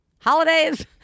Holidays